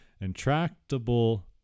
intractable